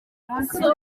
munsi